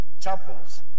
chapels